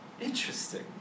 Interesting